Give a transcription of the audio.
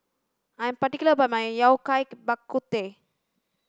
I am particular about my yao cai bak kut teh